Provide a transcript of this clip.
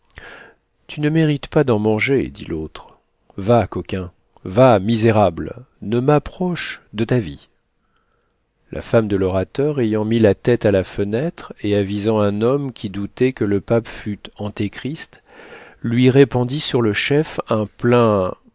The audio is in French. tu ne mérites pas d'en manger dit l'autre va coquin va misérable ne m'approche de ta vie la femme de l'orateur ayant mis la tête à la fenêtre et avisant un homme qui doutait que le pape fût antechrist lui répandit sur le chef un plein